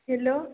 hello